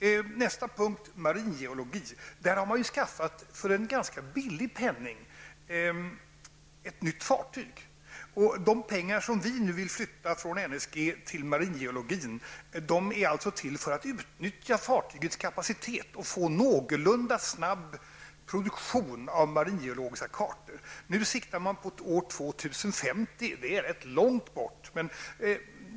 Sedan till nästa punkt som gäller maringeologin. För en ganska ringa penning har ett nytt fartyg anskaffats. De pengar som vi nu vill flytta över från NSG till maringeologin är avsedda för att utnyttja fartygets kapacitet och för att få en någorlunda snabb produktion av maringeologiska kartor. Nu siktar man in sig på år 2050, och det är rätt långt bort i framtiden.